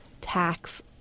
tax